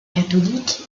catholiques